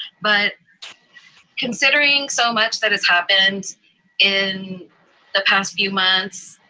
but considering so much that has happened in the past few months,